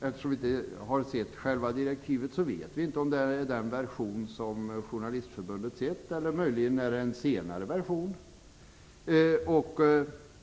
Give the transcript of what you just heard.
Eftersom vi inte har sett själva direktivet, vet vi inte om det är den version som Journalistförbundet har sett eller om det möjligen är en senare version.